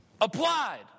applied